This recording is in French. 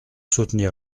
soutenir